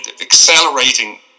accelerating